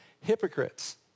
Hypocrites